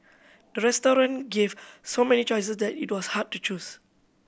the restaurant gave so many choices that it was hard to choose